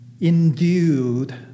endued